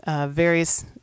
various